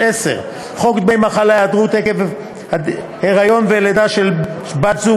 10. חוק דמי מחלה (היעדרות עקב היריון ולידה של בת-זוג),